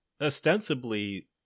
ostensibly